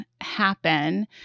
happen